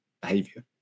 behavior